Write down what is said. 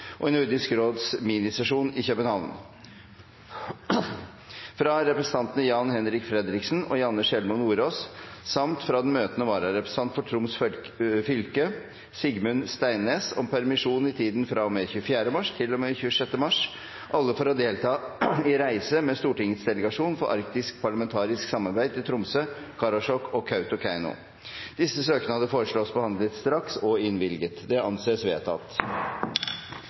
og i Nordisk råds minisesjon i København fra representantene Jan-Henrik Fredriksen og Janne Sjelmo Nordås samt fra den møtende vararepresentant for Troms fylke Sigmund Steinnes om permisjon i tiden fra og med 24. mars til og med 26. mars – alle for å delta på reise med Stortingets delegasjon for arktisk parlamentarisk samarbeid til Tromsø, Karasjok og Kautokeino Etter forslag fra presidenten ble enstemmig besluttet: Søknadene behandles straks og